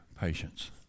patience